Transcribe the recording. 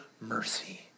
mercy